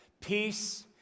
Peace